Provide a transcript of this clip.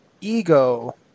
ego